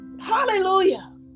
Hallelujah